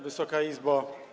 Wysoka Izbo!